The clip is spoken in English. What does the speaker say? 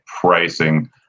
pricing